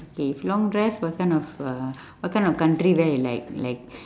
okay if long dress what kind of uh what kind of country wear you like like